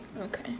Okay